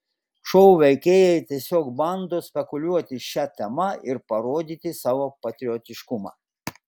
šou veikėjai tiesiog bando spekuliuoti šia tema ir parodyti savo patriotiškumą